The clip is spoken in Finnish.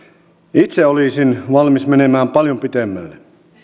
itse olisin valmis menemään paljon pitemmälle